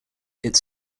its